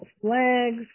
flags